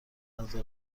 نظر